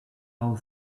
all